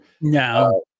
No